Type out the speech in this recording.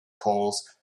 polls